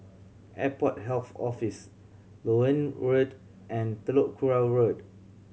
Airport Health Office Loewen Road and Telok Kurau Road